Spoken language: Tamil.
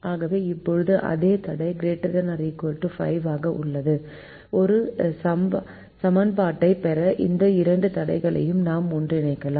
ஆகவே இப்போது அதே தடை ≥ 5 ஆக உள்ளது ஒரு சமன்பாட்டைப் பெற இந்த இரண்டு தடைகளையும் நாம் ஒன்றிணைக்கலாம்